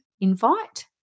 invite